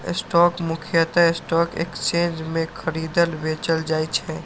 stock मुख्यतः stock exchange मे खरीदल, बेचल जाइ छै